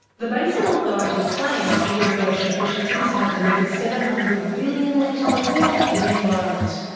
the basin authority claims the irrigation efficiencies have delivered seven hundred billion litres of water for the environment.